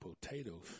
potatoes